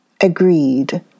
agreed